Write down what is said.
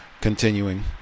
continuing